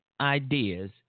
ideas